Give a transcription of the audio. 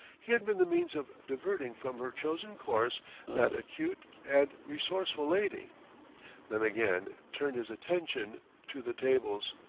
he had been the means of diverting from her chosen course that acute and resourceful lady then again turned his attention to the tables.